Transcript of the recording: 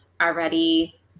already